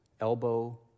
elbow